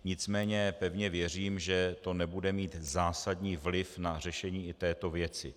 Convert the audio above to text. Nicméně pevně věřím, že to nebude mít zásadní vliv na řešení této věci.